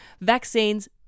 vaccines